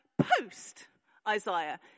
post-Isaiah